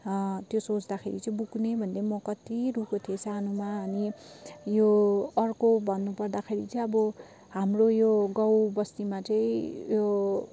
ह त्यो सोच्दाखेरि बुकुने भन्दै म कति रोएको थिएँ सानोमा अनि यो अर्को भन्नुपर्दाखेरि चाहिँ अब हाम्रो यो गाउँबस्तीमा चाहिँ यो